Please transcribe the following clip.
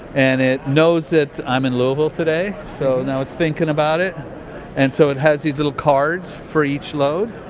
and it knows that i'm in louisville today, so now it's thinking about it and so it has these little cards for each load.